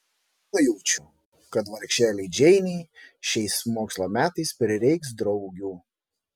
nujaučiu kad vargšelei džeinei šiais mokslo metais prireiks draugių